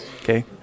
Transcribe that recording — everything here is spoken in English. okay